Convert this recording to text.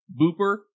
Booper